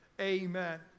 Amen